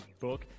book